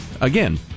again